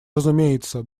разумеется